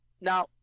now